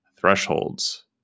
thresholds